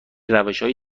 روشهای